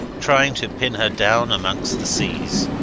trying to pin her down amongst the seas.